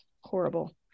horrible